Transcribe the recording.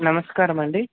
నమస్కారమండీ